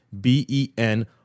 b-e-n